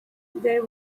they